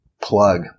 plug